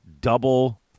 double